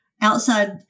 outside